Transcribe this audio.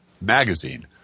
magazine